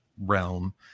realm